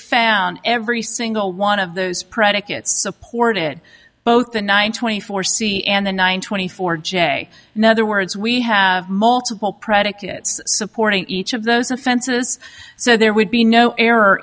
found every single one of those predicates supported both the nine twenty four c and the nine twenty four j another words we have multiple predicates supporting each of those offenses so there would be no error